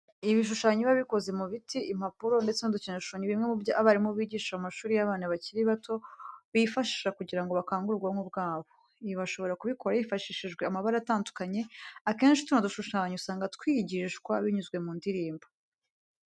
Ibishushanyo biba bikoze mu biti, impapuro ndetse n'udukinisho ni bimwe mu byo abarimu bigisha mu mashuri y'abana bakiri bato bifashisha kugira ngo bakangure ubwonko bwabo. Ibi bashobora kubikora hifashishijwe amabara atandukanye, akenshi tuno dushushanyo usanga twigishwa binyuze mu ndirimbo.